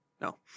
No